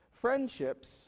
Friendships